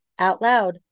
OUTLOUD